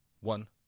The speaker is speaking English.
one